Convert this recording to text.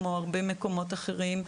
כמו הרבה מקומות אחרים,